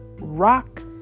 rock